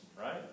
right